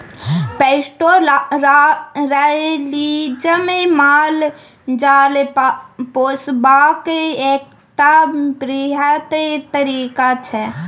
pastoralism माल जाल पोसबाक एकटा बृहत तरीका छै